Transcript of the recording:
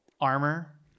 armor